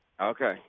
Okay